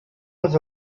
was